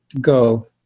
go